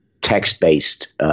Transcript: text-based